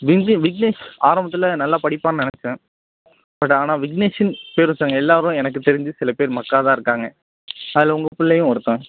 விக்னேஷ் ஆரம்பத்தில் நல்லா படிப்பான்னு நெனைச்சேன் பட் ஆனால் விக்னேஷுன்னு பேர் வைச்சவங்க எல்லோரும் எனக்கு தெரிஞ்சு சில பேர் மக்காக தான் இருக்காங்க அதில் உங்கள் பிள்ளையும் ஒருத்தன்